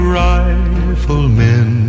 riflemen